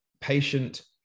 patient